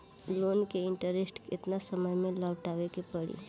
Loan के interest केतना समय में लौटावे के पड़ी?